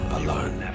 alone